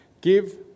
Give